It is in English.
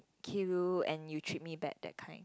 give you and you treat me back that kind